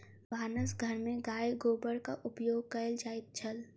भानस घर में गाय गोबरक उपयोग कएल जाइत छल